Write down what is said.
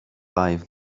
life